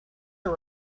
are